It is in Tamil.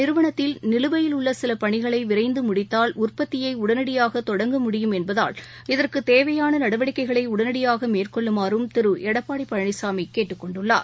நிறுவனத்தில் நிலுவையில் உள்ள சில பணிகளை விரைந்து முடித்தால் உற்பத்தியை இந்த உடனடியாக தொடங்க முடியும் என்பதால் இதற்குத் தேவையான நடவடிக்கைகளை உடனடியாக மேற்கொள்ளுமாறும் திரு எடப்பாடி பழனிசாமி கேட்டுக் கொண்டுள்ளார்